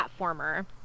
platformer